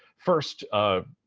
first, ah,